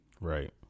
Right